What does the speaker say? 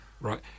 Right